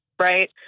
right